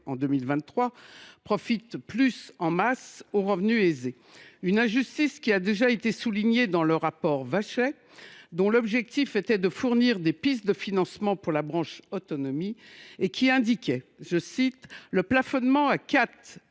en 2023, profite désormais davantage aux revenus aisés. Cette injustice a déjà été soulignée dans le rapport Vachey, dont l’objectif était de fournir des pistes de financement pour la branche autonomie, et qui indiquait que « le plafonnement à 4